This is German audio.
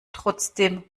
trotzdem